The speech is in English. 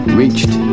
reached